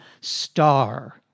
star